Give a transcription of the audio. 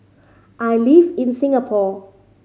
I live in Singapore